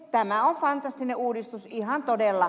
tämä on fantastinen uudistus ihan todella